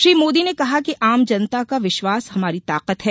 श्री मोदी ने कहा कि आम जनता का विश्वास हमारी ताकत है